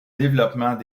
développement